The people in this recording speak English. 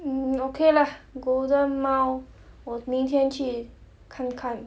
um okay lah golden mile 我明天去看看